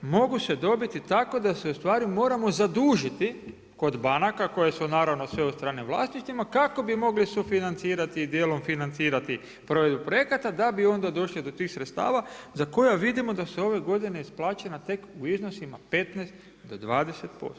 Mogu se dobiti tako da se ustvari moramo zadužiti kod banaka koje su naravno sve u stranom vlasništvima kako bi mogli sufinancirati i dijelom financirati provedbu projekata da bi onda došli do tih sredstava za koja vidimo da se ove godine isplaćena tek u iznosima 15 do 20%